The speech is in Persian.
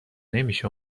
نمیشه